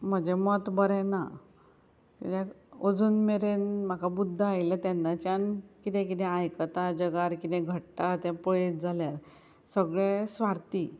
म्हजें मत बरें ना किद्याक अजून मेरेन म्हाका बुद्द आयल्या तेन्नाच्यान कितें कितें आयकता जगार कितें घडटा तें पळयत जाल्यार सगळे स्वार्थी